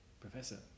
Professor